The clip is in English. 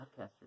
podcasters